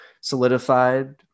solidified